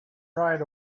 right